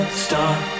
start